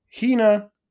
Hina